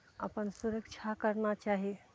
अपन सुरक्षा करना चाही